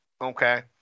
Okay